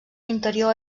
interior